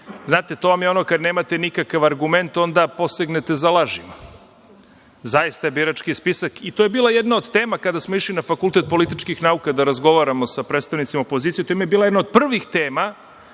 to vam je ono kad nemate nikakav argument, onda posegnete za lažima. Zaista je birački spisak, i to je bila jedna od tema kada smo išli na FPN da razgovaramo sa predstavnicima opozicije, to im je bila jedna od prvih tema,